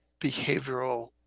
behavioral